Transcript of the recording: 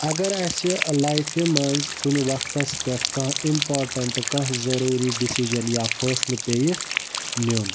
اَگَر اَسہِ لایفہِ مَنٛز کُنہِ وَقتَس پیٹھ کانٛہہ اِمپاٹَنٛٹ کانٛہہ ضروٗری ڈیٚسِجَن یا فٲصلہِ پیٚیہِ نیُن